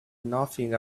nothing